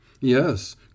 Yes